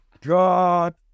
God